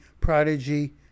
prodigy